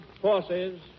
forces